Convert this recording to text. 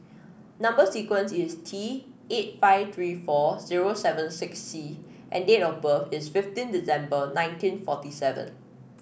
number sequence is T eight five three four zero seven six C and date of birth is fifteen December nineteen forty seven